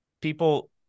people